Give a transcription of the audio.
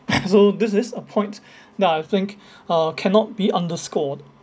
so this is a point now I think uh cannot be underscored